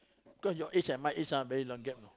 cause your age my age ah very long gap know